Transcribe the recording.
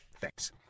Thanks